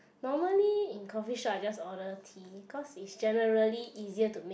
normally in coffeeshop I just order tea cause is generally easier to make